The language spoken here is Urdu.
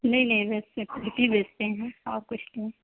نہیں نہیں کرتی بیچتے ہیں اور کچھ نہیں